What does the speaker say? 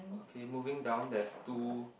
okay moving down there's two